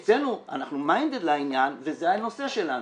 אצלנו, אנחנו מיינדד לעניין וזה הנושא שלנו.